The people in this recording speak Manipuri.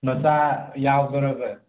ꯆꯥꯛ ꯌꯥꯎꯗꯣꯏꯔꯕ